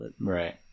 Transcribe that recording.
Right